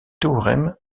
théorèmes